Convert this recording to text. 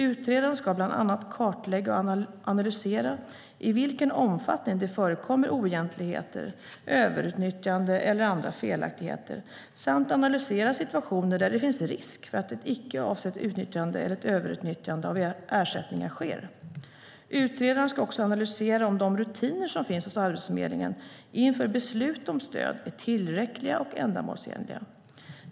Utredaren ska bland annat kartlägga och analysera i vilken omfattning det förekommer oegentligheter, överutnyttjande eller andra felaktigheter samt analysera situationer där det finns risk för att ett icke avsett utnyttjande eller ett överutnyttjande av ersättningar sker. Utredaren ska också analysera om de rutiner som finns hos Arbetsförmedlingen inför beslut om stöd är tillräckliga och ändamålsenliga.